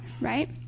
Right